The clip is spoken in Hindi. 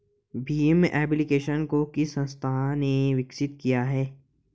भीम एप्लिकेशन को किस संस्था ने विकसित किया है?